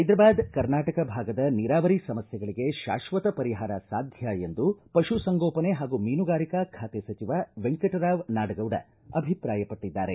ಹೈದ್ರಾಬಾದ ಕರ್ನಾಟಕ ಭಾಗದ ನೀರಾವರಿ ಸಮಸ್ಕೆಗಳಿಗೆ ಶಾಶ್ವತ ಪರಿಹಾರ ಸಾಧ್ಯ ಎಂದು ಪಶು ಸಂಗೋಪನೆ ಹಾಗೂ ಮೀನುಗಾರಿಕಾ ಖಾತೆ ಸಚಿವ ವೆಂಕಟರಾವ ನಾಡಗೌಡ ಅಭಿಪ್ರಾಯಪಟ್ಟಿದ್ದಾರೆ